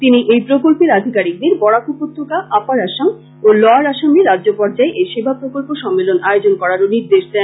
তিনি এই প্রকল্পের আধিকারিকদের বরাক উপত্যকা আপার আসাম ও লোয়ার আসামে রাজ্য পর্যায়ে এই সেবা প্রকল্প সম্মেলন আয়োজন করারও নির্দেশ দেন